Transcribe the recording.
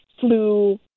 flu